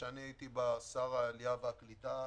שהייתי בה שר העלייה והקליטה,